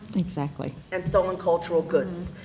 exactly. and stolen cultural goods.